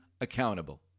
accountable